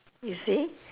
you see